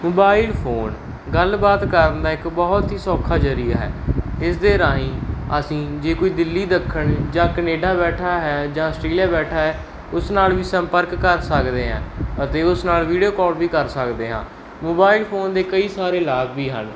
mobile phone ਗੱਲ ਬਾਤ ਕਰਨ ਦਾ ਇੱਕ ਬਹੁਤ ਹੀ ਸੌਖਾ ਜਰੀਆ ਹੈ ਇਸ ਦੇ ਰਾਹੀਂ ਅਸੀਂ ਜੇ ਕੋਈ ਦਿੱਲੀ ਦੱਖਣ ਜਾਂ ਕਨੇਡਾ ਬੈਠਾ ਹੈ ਜਾਂ ਆਸਟ੍ਰੇਲੀਆ ਬੈਠਾ ਹੈ ਉਸ ਨਾਲ ਵੀ ਸੰਪਰਕ ਕਰ ਸਕਦੇ ਹਾਂ ਅਤੇ ਉਸ ਨਾਲ ਵੀਡੀਓ ਕੌਲ ਵੀ ਕਰ ਸਕਦੇ ਹਾਂ ਮੋਬਾਈਲ ਫੋਨ ਦੇ ਕਈ ਸਾਰੇ ਲਾਭ ਵੀ ਹਨ